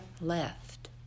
left